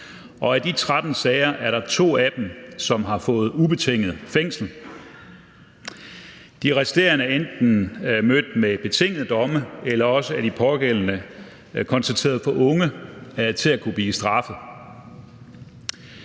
og af de 13 sager er der 2, som er endt med ubetinget fængsel. De resterende er enten mødt med betingede domme, eller også er de pågældende blevet konstateret for unge til at kunne blive straffet.